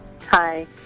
Hi